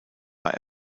war